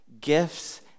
gifts